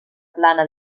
plana